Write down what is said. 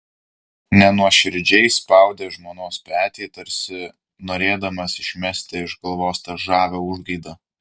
nenuoširdžiai spaudė žmonos petį tarsi norėdamas išmesti iš galvos tą žavią užgaidą